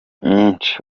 myinshi